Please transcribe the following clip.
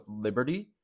liberty